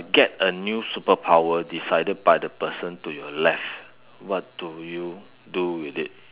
get a new superpower decided by the person to your left what do you do with it